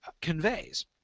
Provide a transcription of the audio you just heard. conveys